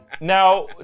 Now